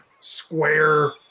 square